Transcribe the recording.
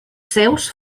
seus